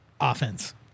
offense